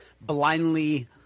blindly